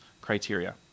criteria